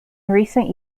recent